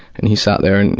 and he sat there. and